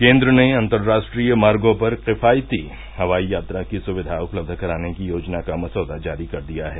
केन्द्र ने अन्तरराष्ट्रीय मागों पर किफायती हवाई यात्रा की सुविधा उपलब्ध कराने की योजना का मसौदा जारी कर दिया है